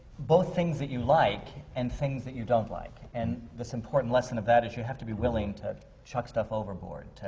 both things that you like and things that you don't like. and this important lesson of that is you have to be willing to chuck stuff overboard,